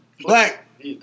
Black